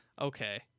okay